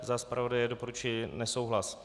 Za zpravodaje doporučuji nesouhlas.